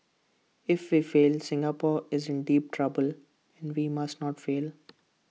if we fail Singapore is in deep trouble and we must not fail